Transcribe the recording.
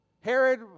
Herod